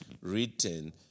written